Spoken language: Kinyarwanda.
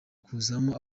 kuzamo